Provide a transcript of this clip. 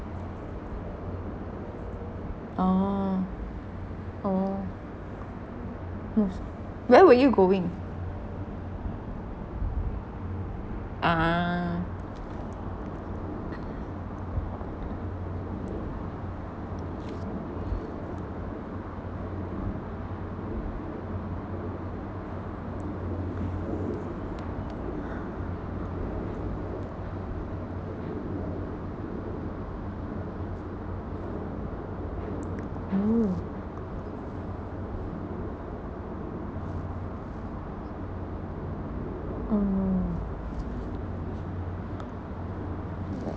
oh oh nos where were you going ah !woo! oh